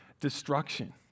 destruction